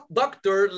doctor